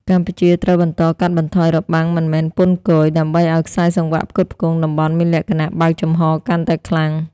កម្ពុជាត្រូវបន្តកាត់បន្ថយ "របាំងមិនមែនពន្ធគយ" ដើម្បីឱ្យខ្សែសង្វាក់ផ្គត់ផ្គង់តំបន់មានលក្ខណៈបើកចំហកាន់តែខ្លាំង។